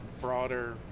broader